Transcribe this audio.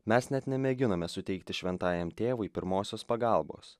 mes net nemėginome suteikti šventajam tėvui pirmosios pagalbos